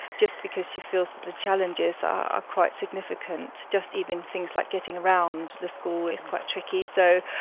just because she feels that the challenges are quite significant, just even things like getting around the school is quite tricky. so,